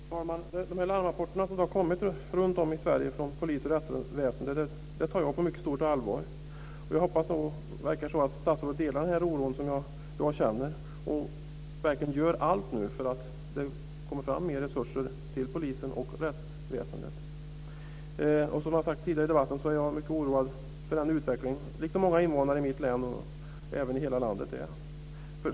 Fru talman! De här larmrapporterna som har kommit runtom i Sverige från polisen och rättsväsendet tar jag på mycket stort allvar. Jag hoppas, och det verkar också vara så, att statsrådet delar den oro som jag känner och verkligen gör allt för att det ska komma fram mer resurser till polisen och rättsväsendet. Som jag har sagt tidigare i debatten är jag mycket orolig för den här utvecklingen. Detsamma gäller många invånare i mitt län och även i hela landet.